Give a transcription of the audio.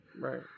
Right